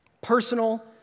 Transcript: personal